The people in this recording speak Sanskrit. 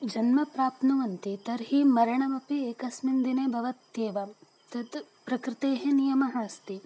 जन्म प्राप्नुवन्ति तर्हि मरणमपि एकस्मिन् दिने भवत्येव तत् प्रकृतेः नियमः अस्ति